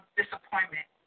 disappointment